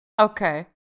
Okay